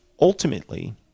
ultimately